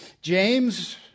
James